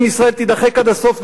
אם ישראל תידחק עד הסוף,